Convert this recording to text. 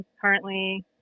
currently